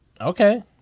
Okay